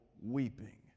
weeping